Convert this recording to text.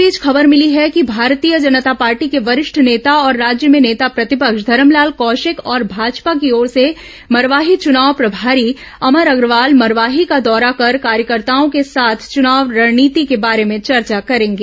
इस बीच खबर मिली है कि भारतीय जनता पार्टी के वरिष्ठ नेता और राज्य में नेता प्रतिपक्ष धरमलाल कौशिक और भाजपा की ओर से मरवाही चुनाव प्रभारी अमर अग्रवाल मरवाही का दौरा कर कार्यकर्ताओं के साथ चुनाव रणनीति के बारे में चर्चा करेंगे